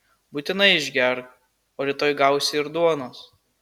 būtinai išgerk o rytoj gausi ir duonos